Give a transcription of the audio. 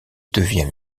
devient